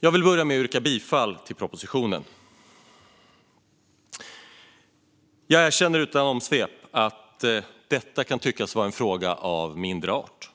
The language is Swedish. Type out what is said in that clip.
Jag vill börja med att yrka bifall till propositionen. Jag erkänner utan omsvep att detta kan tyckas vara en fråga av mindre betydelse.